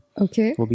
Okay